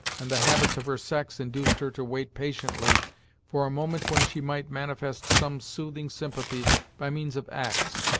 and the habits of her sex induced her to wait patiently for a moment when she might manifest some soothing sympathy by means of acts,